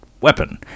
weapon